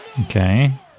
Okay